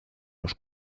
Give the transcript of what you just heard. los